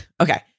okay